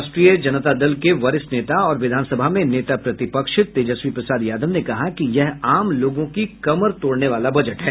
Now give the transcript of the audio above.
राष्ट्रीय जनता के वरिष्ठ नेता और विधानसभा में नेता प्रतिपक्ष तेजस्वी प्रसाद यादव ने कहा कि यह आम लोगों की कमर तोड़ने वाला बजट है